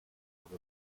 habe